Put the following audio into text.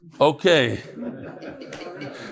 Okay